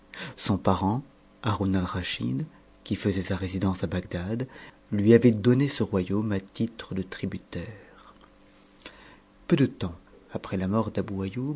son parent harou alraschid qui faisait sa résidence à bagdad lui avait donné ce royaume a titre de tributaire peu de temps après la mort